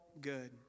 good